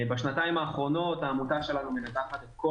בשנתיים האחרונות העמותה שלנו מנתחת את כל